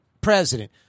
President